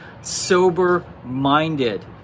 sober-minded